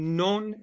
non